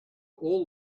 all